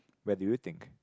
where do you think